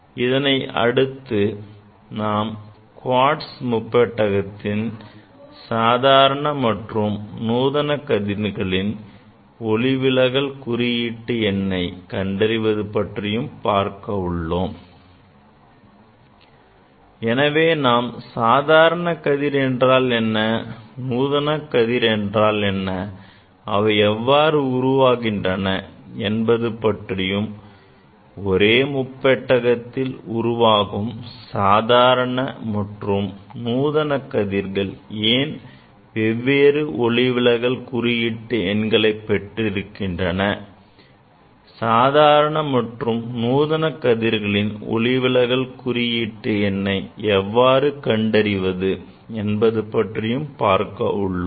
இதனை அடுத்து நாம் குவாட்ஸ் முப்பட்டகத்தின் சாதாரண மற்றும் நூதன கதிர்களின் ஒளிவிலகல் குறியீட்டு எண்ணை கண்டறிவது பற்றியும் பார்க்க உள்ளோம் எனவே நாம் சாதாரண கதிர் என்றால் என்ன நூதனக் கதிர் என்றால் என்ன அவை எவ்வாறு உருவாகின்றன என்பது பற்றியும் ஒரே முப்பெட்டகத்தில் உருவாகும் சாதாரண மற்றும் நூதன கதிர்கள் ஏன் வெவ்வேறு ஒளிவிலகல் குறியீட்டு எண்களை பெற்றிருக்கின்றன சாதாரண மற்றும் நூதன கதிர்களின் ஒளிவிலகல் குறியீட்டு எண்ணை எவ்வாறு கண்டறிவது என்பது பற்றியும் பார்க்க உள்ளோம்